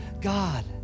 God